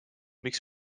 miks